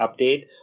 update